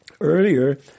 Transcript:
Earlier